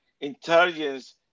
Intelligence